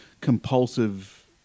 compulsive